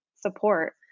support